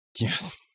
yes